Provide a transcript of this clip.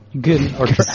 Good